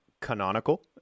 canonical